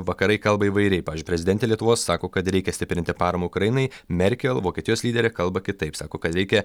vakarai kalba įvairiai pavyzdžiui prezidentė lietuvos sako kad reikia stiprinti paramą ukrainai merkel vokietijos lyderė kalba kitaip sako kad reikia